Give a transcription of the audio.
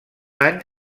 any